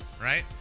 Right